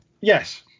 yes